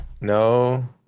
No